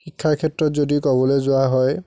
শিক্ষাৰ ক্ষেত্ৰত যদি ক'বলৈ যোৱা হয়